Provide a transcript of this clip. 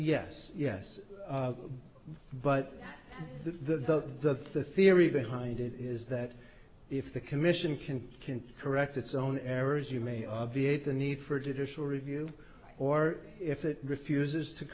us yes yes but the the the theory behind it is that if the commission can can correct its own errors you may obviate the need for a judicial review or if it refuses to